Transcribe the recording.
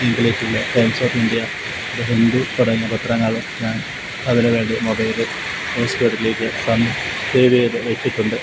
ഇംഗ്ലീഷിലെ Times of India the Hindu തുടങ്ങിയ പത്രങ്ങളും ഞാന് അതിന് വേണ്ടി മൊബൈലില് ന്യൂസ് ഫീഡിലേക്ക് സേവ് ചെയ്ത് വെച്ചിട്ടുണ്ട്